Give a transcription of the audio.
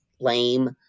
lame